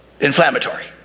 inflammatory